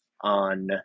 on